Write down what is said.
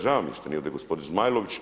Žao mi je što nije ovdje gospodin Zmajlović.